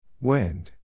Wind